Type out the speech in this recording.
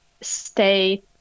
stay